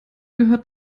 gehört